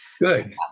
Good